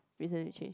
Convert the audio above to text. recent you change